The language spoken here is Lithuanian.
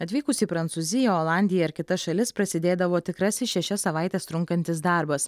atvykus į prancūziją olandiją kitas šalis prasidėdavo tikrasis šešias savaites trunkantis darbas